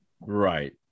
Right